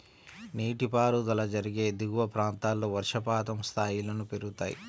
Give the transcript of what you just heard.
నీటిపారుదల జరిగే దిగువ ప్రాంతాల్లో వర్షపాతం స్థాయిలను పెరుగుతాయి